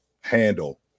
handle